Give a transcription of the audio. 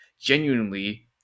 genuinely